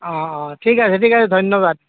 অঁ অঁ ঠিক আছে ঠিক আছে ধন্যবাদ